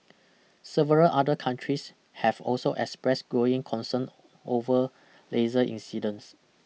several other countries have also expressed growing concern over laser incidents